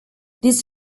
this